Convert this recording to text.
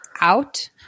out